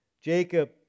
Jacob